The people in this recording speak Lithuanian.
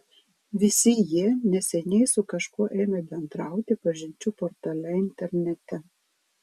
visi jie neseniai su kažkuo ėmė bendrauti pažinčių portale internete